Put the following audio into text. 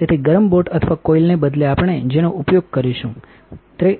તેથી ગરમ બોટ અથવા કોઇલને બદલે આપણે જેનો ઉપયોગ કરીશું તે